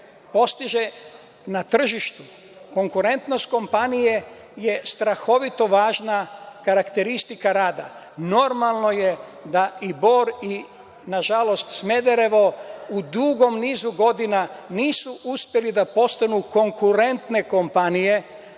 postiže na tržištu. Konkurentnost kompanije je strahovito važna karakteristika rada. Normalno je da i Bor i nažalost Smederevo u dugom nizu godina nisu uspeli da postanu konkurentne kompanije